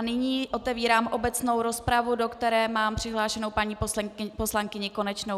Nyní otevírám obecnou rozpravu, do které mám přihlášenou paní poslankyni Konečnou.